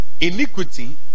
Iniquity